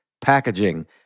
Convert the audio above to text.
packaging